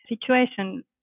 situation